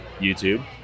YouTube